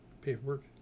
paperwork